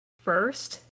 first